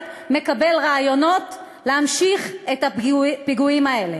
מקבל רעיונות להמשיך את הפיגועים האלה.